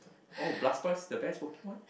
oh Blastoise is the best Pokemon